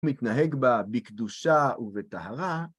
מתנהג בה בקדושה ובטהרה.